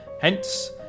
Hence